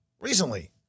recently